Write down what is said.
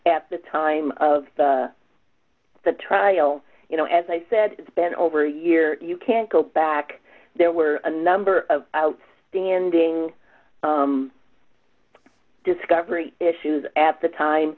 t the time of the the trial you know as i said it's been over a year you can't go back there were a number of outstanding discovery issues at the time